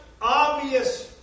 obvious